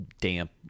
damp